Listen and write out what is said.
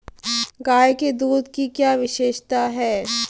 गाय के दूध की क्या विशेषता है?